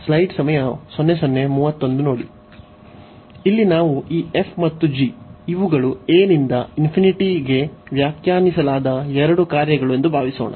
ಇಲ್ಲಿ ನಾವು ಈ f ಮತ್ತು g ಇವುಗಳು a ನಿಂದ ಗೆ ವ್ಯಾಖ್ಯಾನಿಸಲಾದ ಎರಡು ಕಾರ್ಯಗಳು ಎಂದು ಭಾವಿಸೋಣ